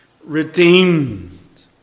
Redeemed